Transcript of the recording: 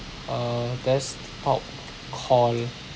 uh desktop call